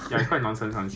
good food day